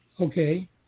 Okay